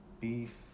beef